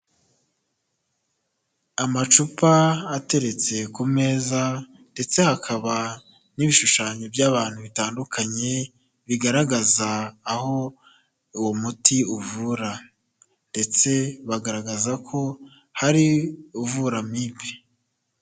Amacupa ateretse ku meza ndetse hakaba n'ibishushanyo by'abantu bitandukanye, bigaragaza aho uwo muti uvura ndetse bagaragaza ko hari uvura amibe.